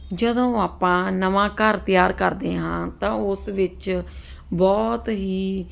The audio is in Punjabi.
ਜਦੋਂ ਆਪਾਂ ਨਵਾਂ ਘਰ ਤਿਆਰ ਕਰਦੇ ਹਾਂ ਤਾਂ ਉਸ ਵਿੱਚ ਬਹੁਤ ਹੀ